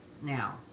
now